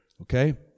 Okay